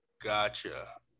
Gotcha